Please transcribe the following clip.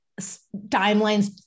timelines